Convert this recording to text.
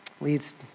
Leads